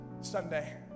Sunday